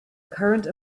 current